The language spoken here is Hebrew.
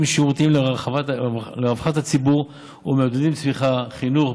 שירותים לרווחת הציבור ומעודדים צמיחה: חינוך,